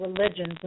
religions